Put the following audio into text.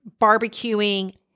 barbecuing